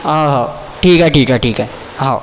हो हो ठीक आहे ठीक आहे ठीक आहे हो